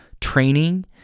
training